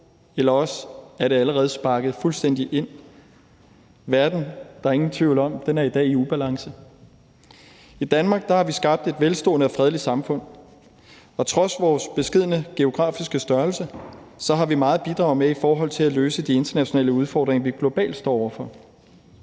eller også har det allerede sparket døren fuldstændig ind. Der er ingen tvivl om, at verden i dag er i ubalance. I Danmark har vi skabt et velstående og fredeligt samfund, og trods vores beskedne geografiske størrelse har vi meget at bidrage med i forhold til at løse de internationale udfordringer, vi globalt står over for.